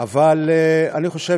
אבל אני חושב